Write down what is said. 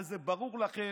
הרי זה ברור לכם,